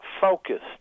focused